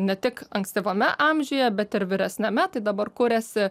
ne tik ankstyvame amžiuje bet ir vyresniame tai dabar kuriasi